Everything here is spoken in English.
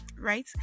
right